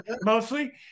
Mostly